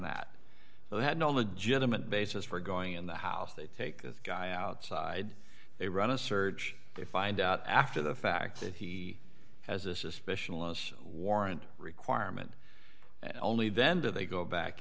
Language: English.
that they had no legitimate basis for going in the house they take this guy outside they run a search they find out after the fact that he has a suspicion less warrant requirement and only then do they go back